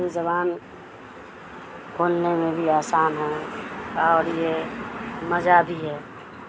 اپنی زبان کھولنے میں بھی آسان ہے اور یہ مزہ بھی ہے